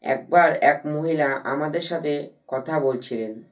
একবার এক মহিলা আমাদের সাথে কথা বলছিলেন